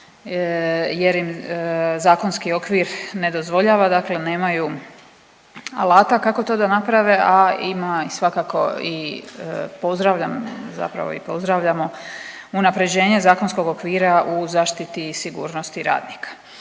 jer im zakonski okvir ne dozvoljava, dakle nemaju alata kako to da naprave, a ima i svakako i pozdravljam zapravo i pozdravljamo unaprjeđenje zakonskog okvira u zaštiti i sigurnosti radnika.